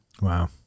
Wow